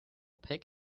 pick